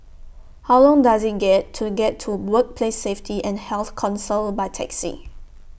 How Long Does IT get to get to Workplace Safety and Health Council By Taxi